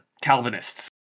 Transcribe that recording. Calvinists